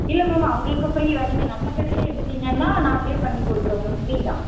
இல்லை மேம் உங்களுக்கு ஃப்ரீ தான் நீங்கள் நம்ம கடையில் எடுத்திங்கன்னால் நாங்களே பண்ணி கொடுத்துருவோம் மேம் ஃப்ரீதான்